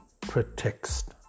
protects